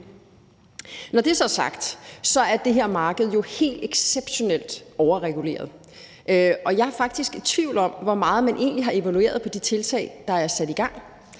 Når det så er sagt, er det her marked jo helt exceptionelt overreguleret, og jeg er faktisk i tvivl om, hvor meget man egentlig har evalueret på de tiltag, der er sat i gang;